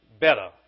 better